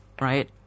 right